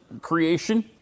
creation